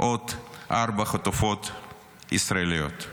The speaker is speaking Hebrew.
עוד ארבע חטופות ישראליות.